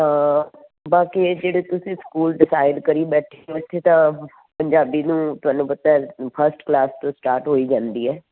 ਤਾਂ ਬਾਕੀ ਇਹ ਜਿਹੜੇ ਤੁਸੀਂ ਸਕੂਲ ਡਿਸਾਈਡ ਕਰੀ ਬੈਠੇ ਹੋ ਇਥੇ ਤਾਂ ਪੰਜਾਬੀ ਨੂੰ ਤੁਹਾਨੂੰ ਪਤਾ ਫਸਟ ਕਲਾਸ ਤੋਂ ਸਟਾਰਟ ਹੋਈ ਜਾਂਦੀ ਹੈ